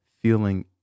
feeling